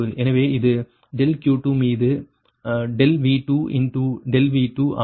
எனவே இது ∆Q2மீது ∆V2 இன்டு ∆V2 ஆகும்